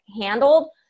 handled